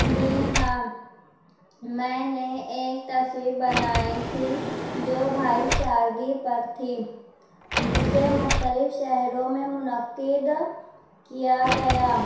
جی ہاں میں نے ایک تصویر بنائی تھی جو بھائی چارگی پر تھی اسے مختلف شہروں میں منعقد کیا گیا